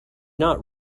not